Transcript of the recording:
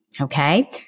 Okay